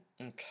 Okay